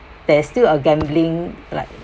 there's still a gambling like